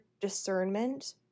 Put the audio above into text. discernment